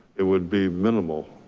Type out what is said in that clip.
it would be minimal.